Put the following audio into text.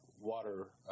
water